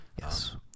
Yes